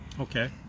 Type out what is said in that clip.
Okay